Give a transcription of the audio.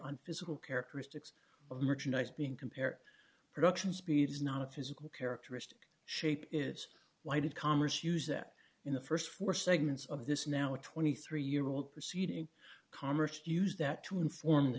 on physical characteristics of merchandise being compare production speed is not a physical characteristic shape is why did commerce use that in the st four segments of this now a twenty three year old proceeding commerce use that to inform the